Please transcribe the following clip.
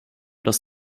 das